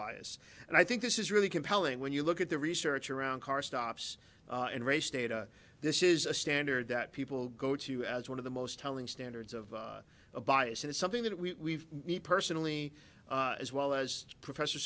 bias and i think this is really compelling when you look at the research around car stops and race data this is a standard that people go to as one of the most telling standards of a bias and it's something that we need personally as well as professor